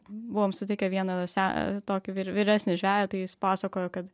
buvom sutikę vieną se tokį vy vyresnį žveją tai jis pasakojo kad